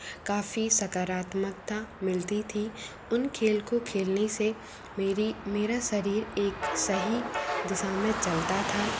काफ़ी सकारात्मकता मिलती थी उन खेल को खेलने से मेरी मेरा शरीर एक सही दिशा में चलता था